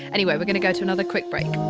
anyway, we're gonna go to another quick break.